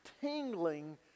tingling